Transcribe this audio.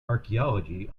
archeology